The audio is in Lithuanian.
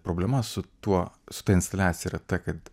problema su tuo su instaliacija yra ta kad